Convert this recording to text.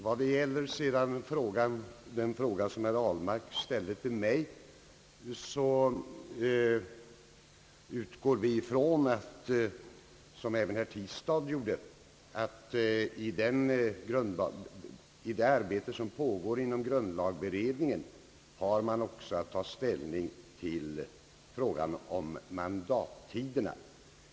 Vad sedan gäller den fråga som herr Ahlmark ställde till mig utgår vi ifrån — som även herr Tistad gjorde — att man i det arbete som pågår inom grundlagberedningen också har att ta ställning till frågan om mandattiderna.